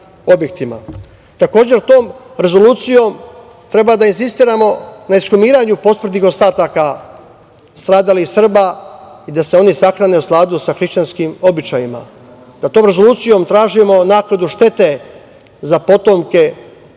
tom rezolucijom treba da insistiramo na ekshumiranju posmrtnih ostataka stradalih Srba i da se oni sahrane u skladu sa hrišćanskim običajima, da tom rezolucijom tražimo naknadu štete za potomke